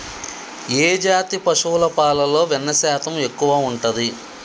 ఏ జాతి పశువుల పాలలో వెన్నె శాతం ఎక్కువ ఉంటది?